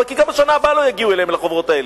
וגם בשנה הבאה לא יגיעו לחוברות האלה.